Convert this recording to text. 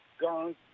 guns